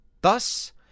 Thus